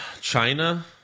China